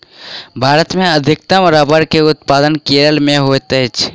भारत मे अधिकतम रबड़ के उत्पादन केरल मे होइत अछि